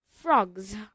frogs